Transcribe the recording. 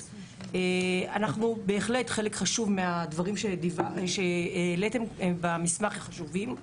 בהחלט חלק מהדברים שהעליתם במסמך הם חשובים.